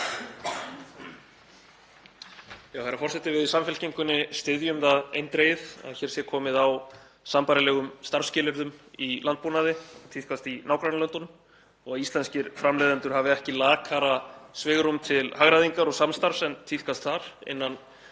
Herra forseti. Við í Samfylkingunni styðjum það eindregið að hér sé komið á sambærilegum starfsskilyrðum í landbúnaði og tíðkast í nágrannalöndunum og að íslenskir framleiðendur hafi ekki lakara svigrúm til hagræðingar og samstarfs en tíðkast þar, innan